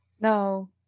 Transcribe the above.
No